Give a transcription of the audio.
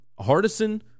Hardison